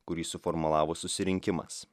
kurį suformulavo susirinkimas